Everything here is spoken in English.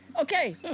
okay